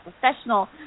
professional